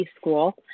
school